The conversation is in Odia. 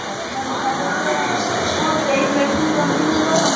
ଗରମ ପାଣିରେ ଗାଧୋଉଛ ହଉ ସେଇ ମେଡ଼ିସିନ କଣ୍ଟିନ୍ୟୁ କର